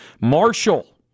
Marshall